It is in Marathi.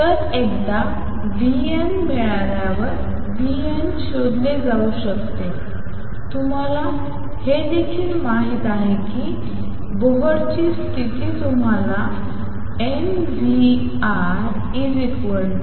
तर एकदा vn मिळाल्यावर vn शोधले जाऊ शकते तुम्हाला हे देखील माहित आहे की बोहरची स्थिती तुम्हाला mvrnh2π